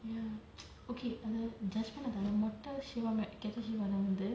ya okay judge பணத்தை மொட்டை சிவா கெட்ட சிவால வந்து:panathai motta siva ketta sivala vanthu